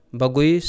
bagui